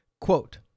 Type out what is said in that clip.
Quote